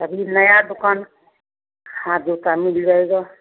अभी नई दुक़ान हाँ जूता मिल जाएगा